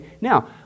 now